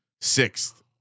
sixth